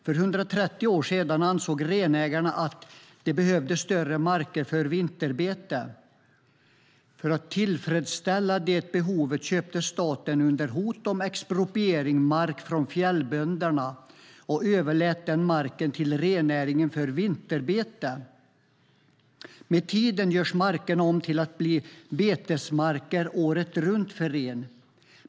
För 130 år sedan ansåg renägarna att de behövde större marker för vinterbete. För att tillfredsställa det behovet köpte staten, under hot om expropriering, mark från fjällbönderna och överlät den marken till rennäringen för vinterbete. Med tiden gjordes markerna om till att bli betesmarker året runt för ren.